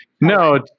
No